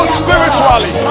spiritually